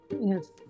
Yes